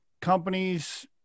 companies